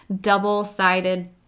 double-sided